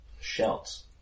shouts